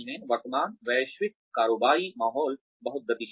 वर्तमान वैश्विक कारोबारी माहौल बहुत गतिशील है